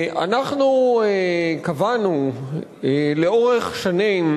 אנחנו עוברים להצעתו של חבר הכנסת דב חנין,